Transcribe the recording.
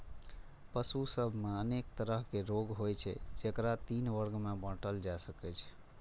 पशु सभ मे अनेक तरहक रोग होइ छै, जेकरा तीन वर्ग मे बांटल जा सकै छै